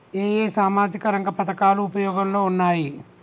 ఏ ఏ సామాజిక రంగ పథకాలు ఉపయోగంలో ఉన్నాయి?